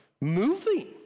moving